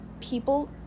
people